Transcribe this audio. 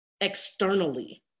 externally